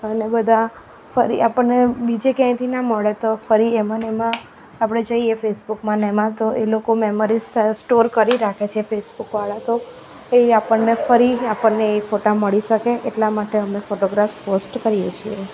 અને બધા ફરી આપણને બીજે ક્યાંયથી ના મળે તો ફરી એમાં અને એમાં આપણે જઈએ તો ફેસબુકમાં અને એમાં તો એ લોકો મેમરીસ સ્ટોર કરી રાખે છે ફેસબુક વાળા તો એ આપણને ફરી આપણને ફોટા મળી શકે છે એટલા માટે અમે ફોટોગ્રાફસ પોસ્ટ કરીએ છીએ